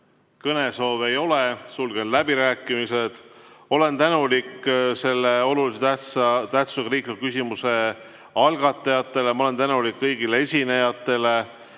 kõnesoove ei ole, sulgen läbirääkimised. Olen tänulik selle olulise tähtsusega riikliku küsimuse arutamise algatajatele, olen tänulik kõigile esinejatele